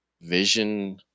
vision